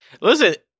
Listen